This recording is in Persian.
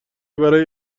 برای